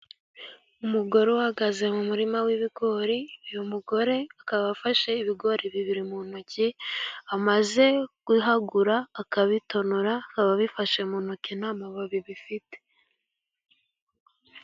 Umugore uhagaze mu murima w'ibigori, uyu mugore akaba afashe ibigori bibiri mu ntoki, amaze kuhagura akabitonora, akaba bifashe mu ntoki ntamababi bifite.